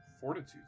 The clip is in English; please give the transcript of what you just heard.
Fortitude